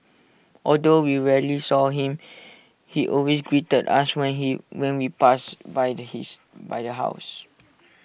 although we rarely saw him he always greeted us when he when we passed by the his by the house